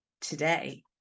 today